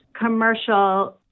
commercial